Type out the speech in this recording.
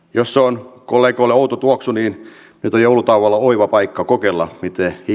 jos on kollegan outo tuoksu niin jota joulutauolla oiva paikka kokeilla tähti